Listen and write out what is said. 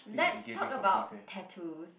let's talk about tattoos